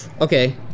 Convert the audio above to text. Okay